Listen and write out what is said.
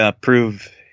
prove